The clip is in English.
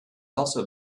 also